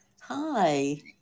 Hi